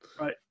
Right